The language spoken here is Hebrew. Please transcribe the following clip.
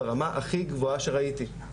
ברמה הכי גבוהה שראיתי.